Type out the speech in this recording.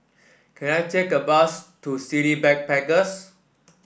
can I take a bus to City Backpackers